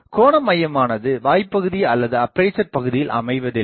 கோணமையமானது வாய்ப்பகுதி அல்லது அப்பேசர் பகுதியில் அமைவதில்லை